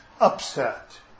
upset